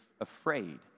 afraid